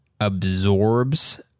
absorbs